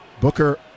Booker